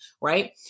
Right